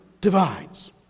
divides